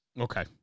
okay